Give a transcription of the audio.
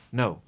no